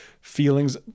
feelings